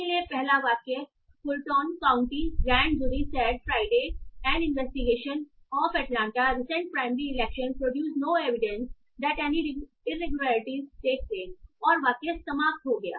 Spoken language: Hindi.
इसलिए पहला वाक्य "Fulton county grand jury said Friday an investigation of Atlanta's recent primary election produced no evidence any irregularity took place " और वाक्य समाप्त हो गया